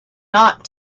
not